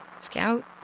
Scout